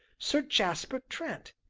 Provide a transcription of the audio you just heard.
sir jasper trent!